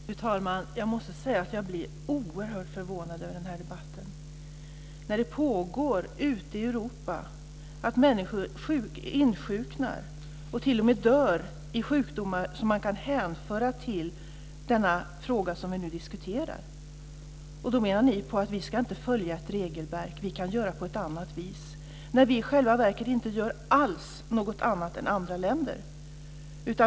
Fru talman! Jag måste säga att jag blir oerhört förvånad över den här debatten. När människor ute i Europa insjuknar och t.o.m. dör i sjukdomar som man kan hänföra till den fråga vi nu diskuterar, menar ni att vi inte ska följa ett regelverk, att vi kan göra på ett annat vis. I själva verket gör vi inte alls något annat än andra länder.